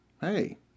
hey